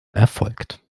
erfolgt